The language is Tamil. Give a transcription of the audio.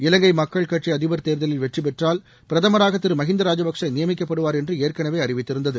இலங்கை மக்கள் கட்சி அதிபர் தேர்தலில் வெற்றி பெற்றால் பிரதமராக திரு மஹிந்த ராஜபக்சே நியமிக்கப்படுவார் என்று ஏற்கனவே அறிவித்திருந்தது